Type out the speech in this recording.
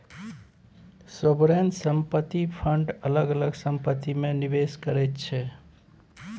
sovereign संपत्ति fund अलग अलग संपत्ति मे निबेस करै छै